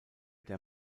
der